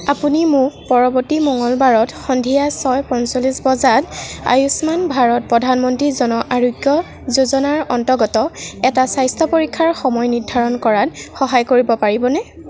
আপুনি মোক পৰৱৰ্তী মঙলবাৰত সন্ধিয়া ছয় পঞ্চল্লিছ বজাত আয়ুষ্মান ভাৰত প্ৰধানমন্ত্ৰী জন আৰোগ্য যোজনাৰ অন্তৰ্গত এটা স্বাস্থ্য পৰীক্ষাৰ সময় নিৰ্ধাৰণ কৰাত সহায় কৰিব পাৰিবনে